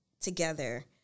together